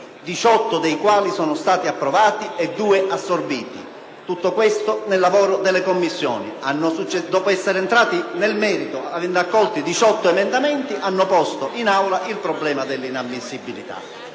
18 dei quali sono stati approvati e due assorbiti; tutto questo nel lavoro delle Commissioni. Dopo essere entrati nel merito e dopo che sono stati accolti i 18 emendamenti, hanno posto in Aula il problema dell’inammissibilita.